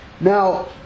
Now